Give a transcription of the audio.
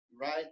right